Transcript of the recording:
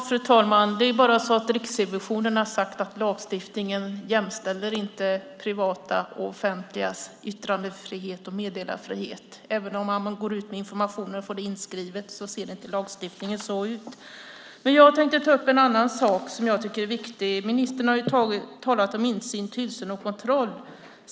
Fru talman! Riksrevisionen har sagt att lagstiftningen inte jämställer privatas och offentligas yttrandefrihet och meddelarfrihet. Även om man går ut med information och får det inskrivet ser inte lagstiftningen ut så. Jag tänkte ta upp en annan sak som jag tycker är viktig. Ministern har talat om insyn, tillsyn och kontroll.